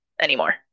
Anymore